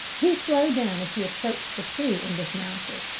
he slowed down as he approached the two and dismounted.